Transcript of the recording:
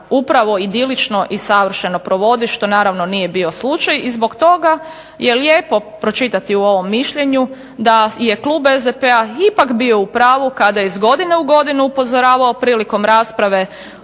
upravo idilično i savršeno provodi što naravno nije bio slučaj. I zbog toga je lijepo pročitati u ovom mišljenju da je klub SDP-a ipak bio u pravu kada je iz godine u godinu upozoravao prilikom rasprave